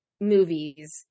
movies